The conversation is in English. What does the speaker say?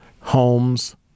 Homes